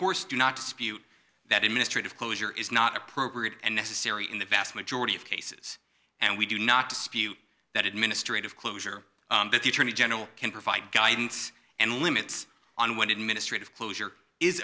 course do not dispute that administrative closure is not appropriate and necessary in the vast majority of cases and we do not dispute that administrative closure but the attorney general can provide guidance and limits on what administrative closure is